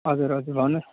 हजुर हजुर भन्नुहोस्